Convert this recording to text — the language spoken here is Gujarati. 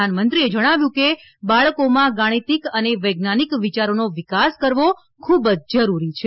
પ્રધાનમંત્રીએ જણાવ્યું કે બાળકોમાં ગાણિતીક અને વૈજ્ઞાનિક વિચારોનો વિકાસ કરવો ખૂબ જરૂરી છે